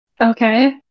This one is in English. Okay